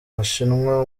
bushinwa